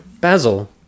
Basil